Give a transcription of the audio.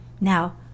Now